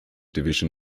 division